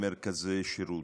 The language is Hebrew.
מרכזי שירות.